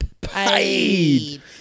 Paid